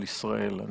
על ישראל.